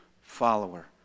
follower